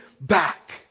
back